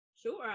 Sure